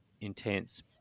intense